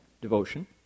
devotion